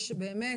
באמת,